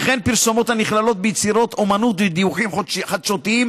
וכן פרסומות הנכללות ביצירות אומנות ודיווחים חדשותיים